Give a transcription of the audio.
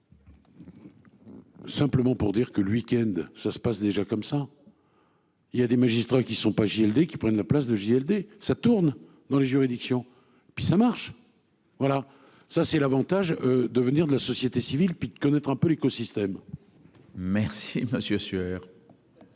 Simplement pour dire que le week-end, ça se passe déjà comme ça. Il y a des magistrats qui sont pas JLD qui prennent la place de JLD ça tourne dans les juridictions puis ça marche. Voilà, ça c'est l'avantage de venir de la société civile puis de connaître un peu l'écosystème. Merci monsieur